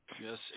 Yes